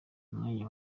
mwanya